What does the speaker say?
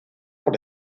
por